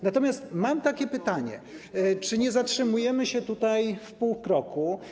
Natomiast mam takie pytanie: Czy nie zatrzymujemy się w pół kroku?